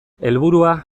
helburua